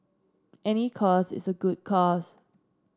any cause is a good cause